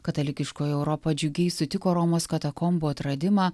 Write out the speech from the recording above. katalikiškoji europa džiugiai sutiko romos katakombų atradimą